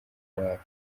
bacu